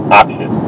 option